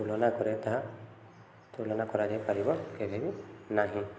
ତୁଳନା କରେ ତାହା ତୁଳନା କରାଯାଇପାରିବ କେବେ ବି ନାହିଁ